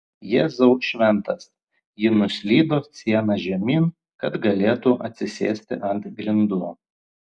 jėzau šventas ji nuslydo siena žemyn kad galėtų atsisėsti ant grindų